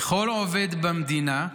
וכל עובד במדינה,